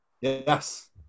Yes